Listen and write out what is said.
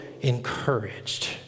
encouraged